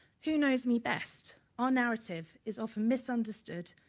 who knows me best our narrative is often misunderstood,